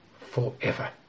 forever